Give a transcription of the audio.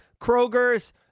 Kroger's